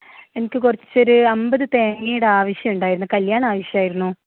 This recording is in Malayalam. എനിക്ക് കുറച്ച് ഒരു അമ്പത് തേങ്ങയുടെ ആവശ്യം ഉണ്ടായിരുന്നു കല്ല്യാണ ആവശ്യമായിരുന്നു